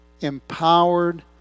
empowered